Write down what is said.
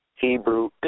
Hebrew